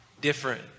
different